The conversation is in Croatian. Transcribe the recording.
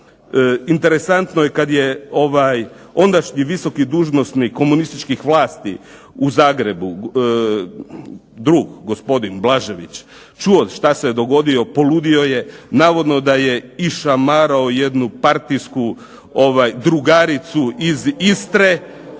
Interesantno je kad je ondašnji visoki dužnosnik komunističkih vlasti u Zagrebu, drug gospodin Blažević, čuo što se dogodilo poludio je. Navodno da je išamarao jednu partijsku drugaricu iz Istre